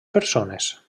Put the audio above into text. persones